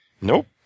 Nope